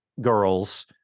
girls